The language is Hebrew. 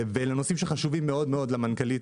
אלה נושאים שחשובים מאוד למנכ"לית